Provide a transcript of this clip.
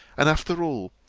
and after all,